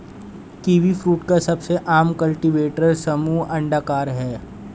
kiwifruit का सबसे आम कल्टीवेटर समूह अंडाकार है